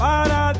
Para